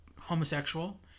homosexual